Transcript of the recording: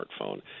smartphone